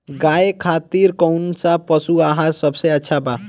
गाय खातिर कउन सा पशु आहार सबसे अच्छा बा?